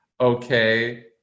Okay